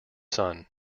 son